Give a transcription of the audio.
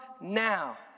now